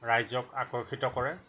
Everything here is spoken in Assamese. ৰাইজক আকৰ্ষিত কৰে